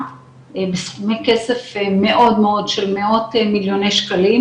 בסכומי כסף של מאות מיליוני שקלים,